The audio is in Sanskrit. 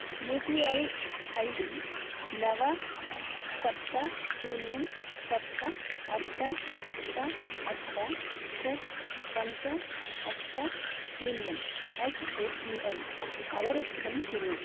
यू पी ऐ ऐडी नव सप्त शून्यं सप्त अष्ट अष्ट अष्ट षट् पञ्च अष्ट शून्यं अट् एस् बी ऐ अवरुद्धं कुरु